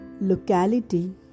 locality